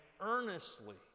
earnestly